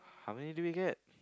how many do we get